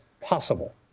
possible